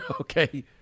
Okay